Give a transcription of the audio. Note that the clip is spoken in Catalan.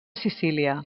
sicília